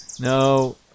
no